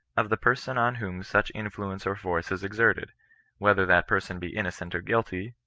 of the person on whom such influence or force is exerted whether that person be innocent or guilty,